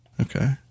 Okay